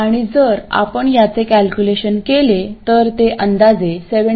आणि जर आपण याचे कॅल्क्युलेशन केले तर ते अंदाजे 17